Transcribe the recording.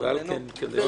הסעיף